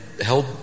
held